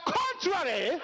contrary